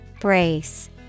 Brace